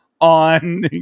on